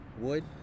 wood